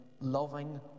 loving